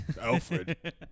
Alfred